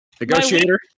Negotiator